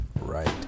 right